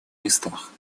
местах